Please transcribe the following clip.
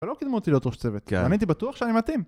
אבל לא קידמו אותי להיות ראש צוות, אני הייתי בטוח שאני מתאים